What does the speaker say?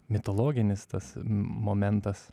mitologinis tas momentas